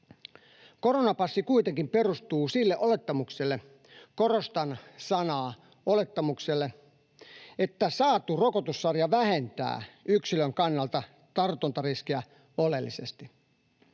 Koronapassi kuitenkin perustuu sille olettamukselle — korostan sanaa ”olettamukselle” — että saatu rokotussarja vähentää yksilön kannalta tartuntariskiä oleellisesti.